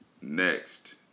Next